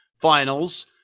Finals